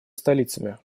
столицами